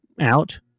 out